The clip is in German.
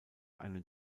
einen